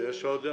עוד הערות?